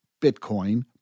Bitcoin